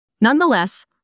Nonetheless